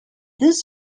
this